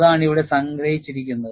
അതാണ് ഇവിടെ സംഗ്രഹിച്ചിരിക്കുന്നത്